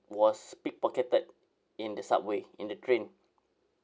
was pickpocketed in the subway in the train